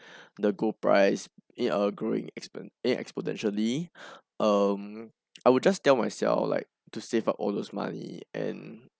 the gold price it uh growing expo eh exponentially um I would just tell myself like to save up all those money and